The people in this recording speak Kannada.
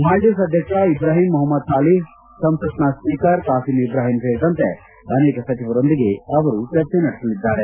ಮಾಲ್ದೀವ್ಸ್ ಅಧ್ಯಕ್ಷ ಇಬ್ರಾಹೀಂ ಮೊಹಮ್ಮದ್ ಸಾಲಿಹ್ ಸಂಸತ್ನ ಸ್ವೀಕರ್ ಖಾಸಿಂ ಇಬ್ರಾಹೀಂ ಸೇರಿದಂತೆ ಅನೇಕ ಸಚಿವರೊಂದಿಗೆ ಚರ್ಚೆ ನಡೆಸಲಿದ್ದಾರೆ